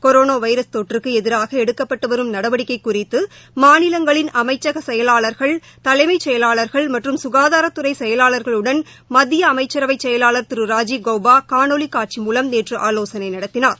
corona virus தொற்றுக்கு எதிராக எடுக்கப்பட்டு வரும் நடவடிக்கை குறித்து மாநிலங்களின் அமைச்சக செயலாளர்கள் தலைமைச் செயலாளர்கள் மற்றும் சுங்தாரத்துறை செயலாளர்களுடன் மத்திய அமைச்சரவை செயலாளர் திரு ராஜீவ் கவ்பா காணொளி காட்சி மூலம் நேற்று ஆலோசனை நடத்தினார்